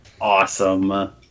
awesome